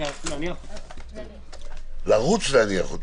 אני רוצה ללכת ולהניח אותה.